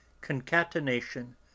concatenation